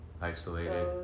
isolated